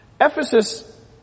Ephesus